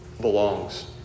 belongs